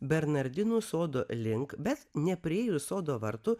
bernardinų sodo link bet nepriėjus sodo vartų